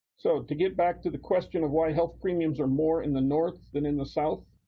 so to get back to the question of why health premiums are more in the north than in the south,